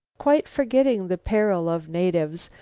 quite forgetting the peril of natives,